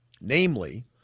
Namely